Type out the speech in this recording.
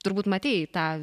turbūt matei tą